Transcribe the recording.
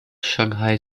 shanghai